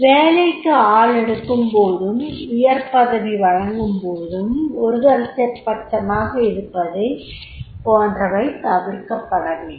வேலைக்கு ஆள் எடுக்கும்போதும் உயர் பதவி வழங்கும்போதும் ஒருதலைபச்சமாக இருப்பது போன்றவை தவிர்க்கப்பட வேண்டும்